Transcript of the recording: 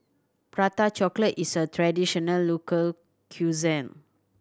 Prata Chocolate is a traditional local cuisine